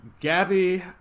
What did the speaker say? Gabby